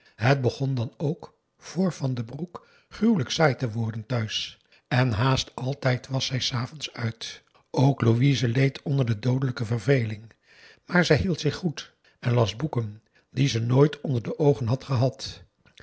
het begon dan ook voor van den broek gruwelijk saai te worden thuis en haast altijd was hij s avonds uit ook louise leed onder de doodelijke verveling maar zij hield zich goed en las boeken die ze nooit onder de oogen had gehad